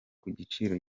kugiciro